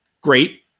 great